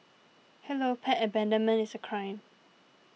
hello pet abandonment is a crime